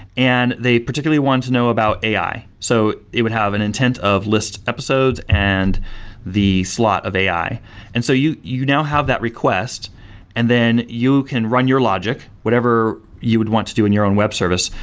and they particularly wanted to know about ai. so it would have an intent of lists episodes and the slot of of ai and so you you now have that request and then you can run your logic, whatever you would want to do in your own web service,